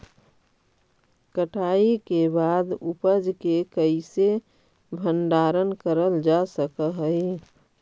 कटाई के बाद उपज के कईसे भंडारण करल जा सक हई?